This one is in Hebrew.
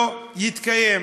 לא יתקיימו.